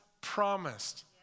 promised